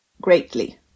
greatly